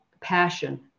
passion